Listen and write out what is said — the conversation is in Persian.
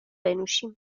بنوشیم